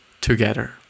together